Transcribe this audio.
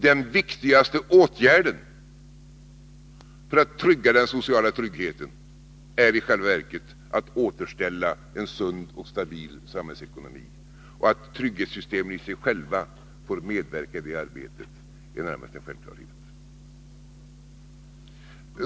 Den viktigaste åtgärden för att säkra den sociala tryggheten är i själva verket att återställa en sund och stabil samhällsekonomi, och att trygghetssystemeni sig själva får medverka i det arbetet är närmast en självklarhet.